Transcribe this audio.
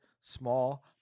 small